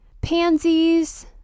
pansies